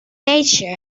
nature